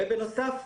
בנוסף,